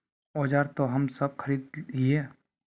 औजार तो हम सब खरीदे हीये?